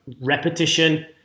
repetition